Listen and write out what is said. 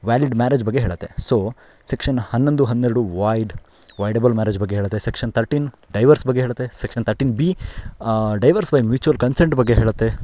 valid marriage ಬಗ್ಗೆ ಹೇಳುತ್ತೆ so section ಹನ್ನೊಂದು ಹನ್ನೆರಡು ವೈಡ್ ವೈಡೇಬಲ್ ಮ್ಯಾರೇಜ್ ಬಗ್ಗೆ ಹೇಳುತ್ತೆ ಸೆಕ್ಷನ್ ತರ್ಟೀನ್ ಡೈವರ್ಸ್ ಬಗ್ಗೆ ಹೇಳುತ್ತೆ section thirteen B divorce by mutual consent ಬಗ್ಗೆ ಹೇಳುತ್ತೆ